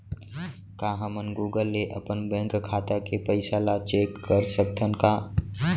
का हमन गूगल ले अपन बैंक खाता के पइसा ला चेक कर सकथन का?